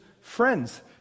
friends